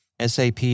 SAP